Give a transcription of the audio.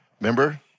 Remember